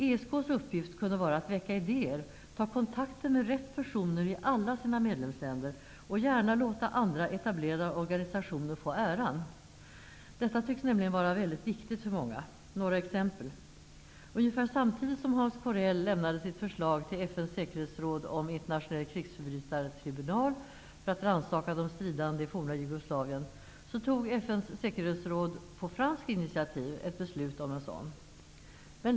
ESK:s uppgift kunde vara att väcka idéer, ta kontakter med rätt personer i alla sina medlemsländer och gärna låta andra etablerade organisationer få äran. Detta tycks nämligen väldigt viktigt för många. Låt mig ge några exempel. Ungefär samtidigt som Hans Corell lämnat sitt förslag till FN:s säkerhetsråd om en internationell krigsförbrytartribunal för att rannsaka de stridande i forna Jugoslavien tog FN:s säkerhetsråd på franskt initiativ ett beslut om en sådan.